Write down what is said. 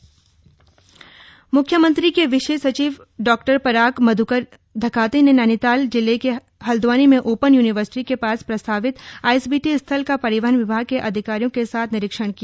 ISBT निरीक्षण म्ख्यमंत्री के विशेष सचिव डॉ पराग मध्कर धकाते ने नैनीताल जिले के हल्दवानी में ओपन यूनिवर्सिटी के पास प्रस्तावित आईएसबीटी स्थल का परिवहन विभाग के अधिकारियों के साथ निरीक्षण किया